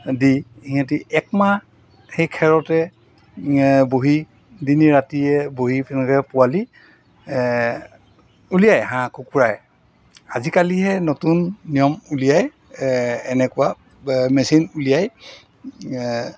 দি সিহঁতি একমাহ সেই খেৰতে বহি দি ৰাতিয়ে বহি তেনেকৈ পোৱালি উলিয়াই হাঁহ কুকুৰাই আজিকালিহে নতুন নিয়ম উলিয়াই এনেকুৱা মেচিন উলিয়াই